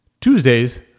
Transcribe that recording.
Tuesdays